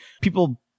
people